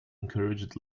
encouraged